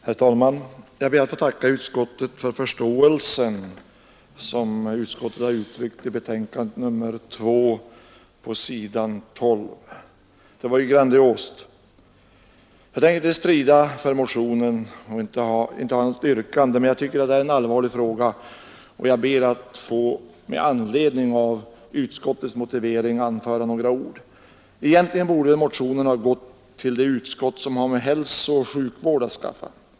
Herr talman! Jag ber att få tacka utskottet för den förståelse som utskottet uttryckt i betänkandet nr 2 på s. 12. Den var ju grandios. Jag tänker inte strida för motionen och inte göra något yrkande, men jag tycker att det här är en allvarlig fråga och jag ber att med anledning av utskottets motivering få anföra några synpunkter. Egentligen borde motionen ha gått till det utskott som har med hälsooch sjukvård att skaffa.